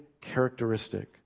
characteristic